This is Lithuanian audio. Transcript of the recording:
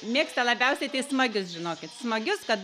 mėgsta labiausiai tai smagius žinokit smagius kad